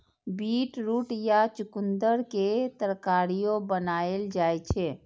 beetroot या चुकंदर के तरकारियो बनाएल जाइ छै